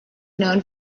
known